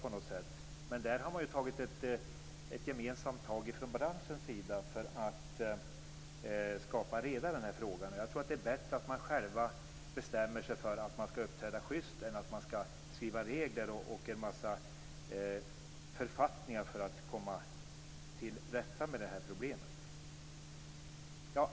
Men i fråga om detta har man ju tagit ett gemensamt tag från branschens sida för att skapa reda i denna fråga. Och jag tror att det är bättre att branschen själv bestämmer sig för att uppträda schyst än att det skall skrivas regler och författningar för att man skall komma till rätta med detta problem.